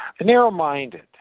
narrow-minded